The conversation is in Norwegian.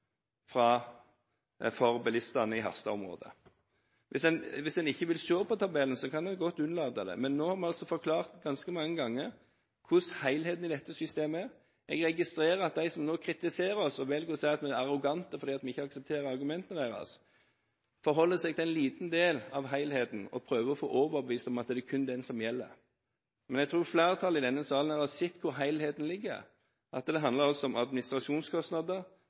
fra bilistene direkte til skattebetalerne. Men allerede her ser man at det er betydelige millioner kroner i reelle besparelser for bilistene i Harstad-området. Hvis man ikke vil se på tabellen, kan man godt unnlate å gjøre det. Men nå har vi forklart ganske mange ganger hvordan helheten i dette systemet er. Jeg registrerer at de som nå kritiserer oss og velger å si at vi er arrogante fordi vi ikke aksepterer argumentene deres, forholder seg til en liten del av helheten og prøver å overbevise om at det kun er det som gjelder. Men jeg tror flertallet i denne salen har sett hvor helheten ligger, at det